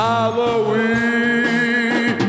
Halloween